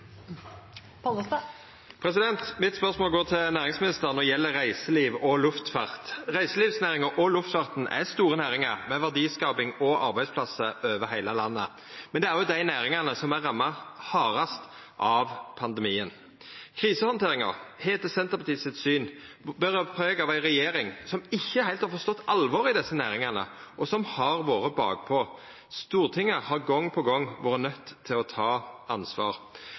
går til næringsministeren og gjeld reiseliv og luftfart. Reiselivsnæringa og luftfarten er store næringar med verdiskaping og arbeidsplassar over heile landet. Men det er òg dei næringane som er ramma hardast av pandemien. Krisehandteringa har etter Senterpartiet sitt syn bore preg av ei regjering som ikkje heilt har forstått alvoret for desse næringane, og som har vore bakpå. Stortinget har gong på gong vore nøydd til å ta ansvar.